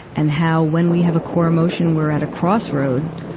and how when we have a core emotion we're at a crossroad,